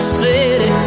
city